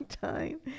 time